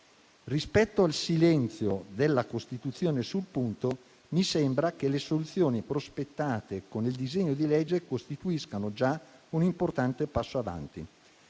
Rispetto al silenzio della Costituzione sul punto, mi sembra che le soluzioni prospettate con il disegno di legge costituiscano già un importante passo avanti.